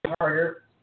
Harder